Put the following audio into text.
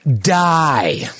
Die